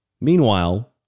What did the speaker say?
Meanwhile